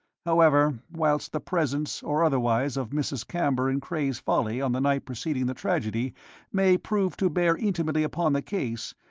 however, whilst the presence or otherwise, of mrs. camber in cray's folly on the night preceding the tragedy may prove to bear intimately upon the case,